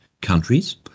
countries